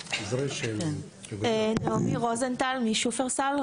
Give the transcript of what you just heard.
נעמי רוזנטל משופרסל.